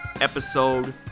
episode